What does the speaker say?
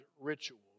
rituals